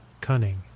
cunning